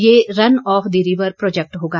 यह run of the river project होगा